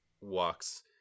walks